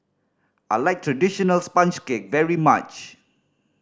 I like traditional sponge cake very much